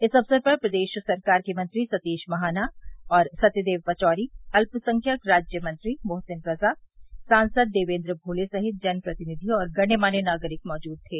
इस अवसर पर प्रदेश सरकार के मंत्री सतीश महाना और सत्यदेव पचौरी अल्पसंख्यक राज्य मंत्री मोहसिन रज़ा सांसद देवेन्द्र भोले सहित जन प्रतिनिधि और गण्यमान्य नागरिक मौजूद थे